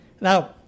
Now